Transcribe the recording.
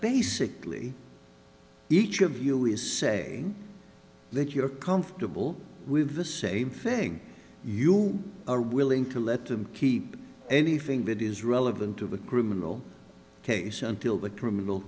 basically each of you always say that you're comfortable with the same thing you are willing to let them keep anything that is relevant to the group in the case until the criminal